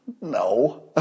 No